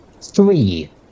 three